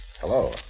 Hello